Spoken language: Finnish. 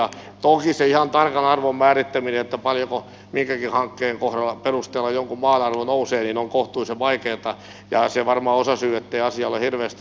toki sen ihan tarkan arvon määrittäminen paljonko minkäkin hankkeen perusteella jonkun maan arvo nousee on kohtuullisen vaikeata ja se on varmaan osasyy ettei asia ole hirveästi edennyt